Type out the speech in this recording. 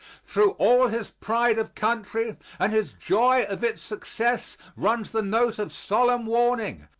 through all his pride of country and his joy of its success runs the note of solemn warning,